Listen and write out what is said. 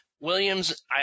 Williams